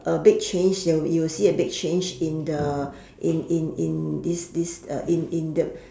a big change you'll you will see a big change in the in in in this this in in the